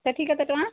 ସେଇଠି କେତେ ଟଙ୍କା